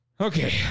Okay